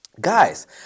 guys